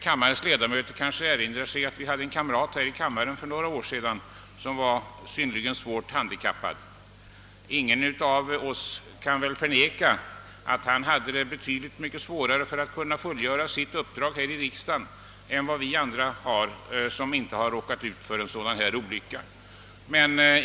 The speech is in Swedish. Kammarens ledamöter kanske erinrar sig att vi hade en kamrat här i kammaren för några år sedan som var synnerligen svårt handikappad. Ingen av oss kan väl förneka, att han hade betydligt svårare att fullgöra sitt uppdrag här i riksdagen än vi andra som inte råkat .ut för en sådan olycka.